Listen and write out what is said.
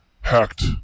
Hacked